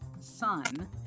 son